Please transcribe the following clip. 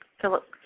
Philip